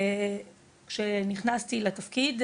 כשנכנסתי לתפקיד,